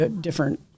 different